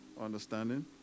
understanding